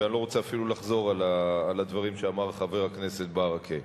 ואני לא רוצה אפילו לחזור על הדברים שאמר חבר הכנסת ברכה.